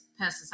pesticides